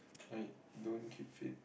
like don't keep fit